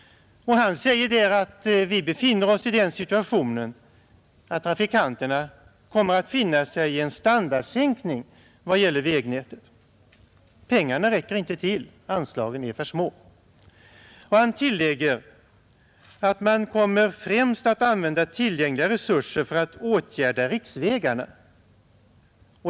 Han säger där att vi befinner oss i den situationen att trafikanterna får finna sig i en standardsänkning i vad gäller vägnätet. Pengarna räcker inte till, anslagen är för små. Vägdirektören tillägger att man kommer att använda tillgängliga resurser främst för att åtgärda riksvägarna.